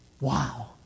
wow